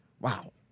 Wow